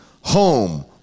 Home